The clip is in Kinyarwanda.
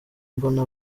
mbona